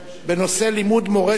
בנושא לימוד מורשת,